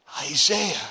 Isaiah